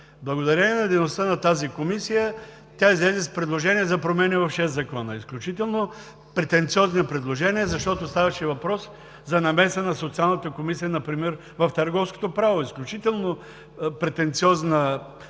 резултат от дейността си тази комисия излезе с предложение за промени в шест закона, изключително претенциозни предложения, защото ставаше въпрос за намеса на Социалната комисия например в търговското право, изключително претенциозна цел.